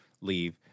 leave